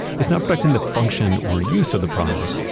it's not protecting the function or use of the product,